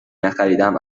نخریدم